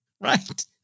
Right